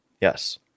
Yes